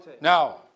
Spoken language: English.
Now